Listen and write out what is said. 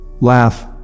Laugh